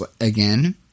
again